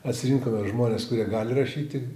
atsirinkome žmones kurie gali rašyti